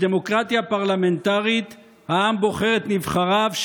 בדמוקרטיה פרלמנטרית העם בוחר את נבחריו,